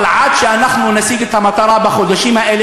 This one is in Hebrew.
אבל עד שאנחנו נשיג את המטרה בחודשים האלה,